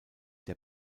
der